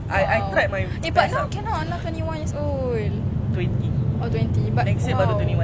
but now cannot lah twenty years old oh twenty